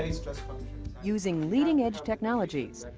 using leading edge technologies,